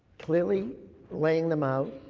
clearly laying them out,